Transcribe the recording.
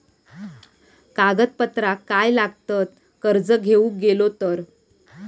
कागदपत्रा काय लागतत कर्ज घेऊक गेलो तर?